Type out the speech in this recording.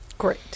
Great